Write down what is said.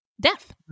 death